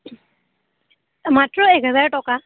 মাত্ৰ একহাজাৰ টকা